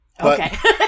Okay